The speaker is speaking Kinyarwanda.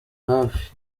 hafi